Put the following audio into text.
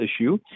issue